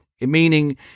Meaning